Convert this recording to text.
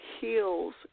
heals